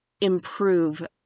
improve